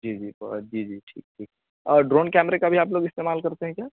جی جی جی جی ٹھیک ٹھیک اور ڈرون کیمرے کا بھی آپ لوگ استعمال کرتے ہیں کیا